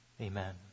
Amen